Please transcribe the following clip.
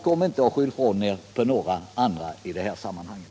Kom inte och skyll ifrån er på några andra i det sammanhanget!